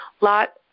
lot